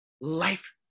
life